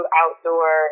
outdoor